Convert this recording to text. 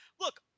look